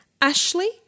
Ashley